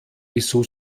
wieso